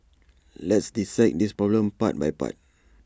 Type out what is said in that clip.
let's dissect this problem part by part